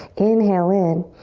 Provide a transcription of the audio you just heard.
inhale in.